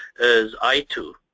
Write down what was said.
is i two,